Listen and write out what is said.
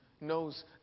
Knows